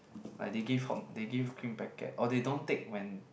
like they give hon~ green packet or they don't take when